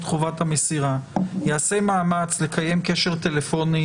חובת המסירה ייעשה מאמץ לקיים קשר טלפוני